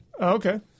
Okay